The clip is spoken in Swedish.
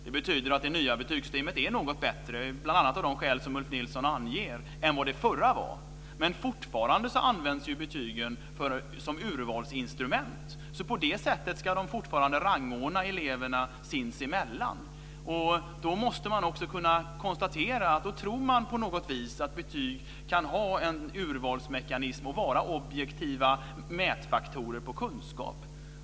Det betyder att det nya betygssystemet är något bättre, bl.a. av de skäl som Ulf Nilsson anger, än vad det förra var. Men fortfarande används betygen som urvalsinstrument. På det sättet ska de fortfarande rangordna eleverna sinsemellan. Då måste man konstatera att det finns en tro på att betyg kan vara en urvalsmekanism och fungera som objektiva mätfaktorer för kunskap.